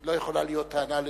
לא יכולה להיות טענה לאיש.